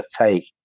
take